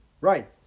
Right